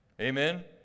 Amen